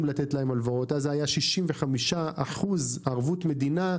לתת להם הלוואות אז זה היה 65% ערבות מדינה,